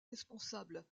responsable